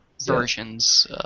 Versions